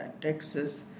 Texas